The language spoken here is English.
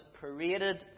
paraded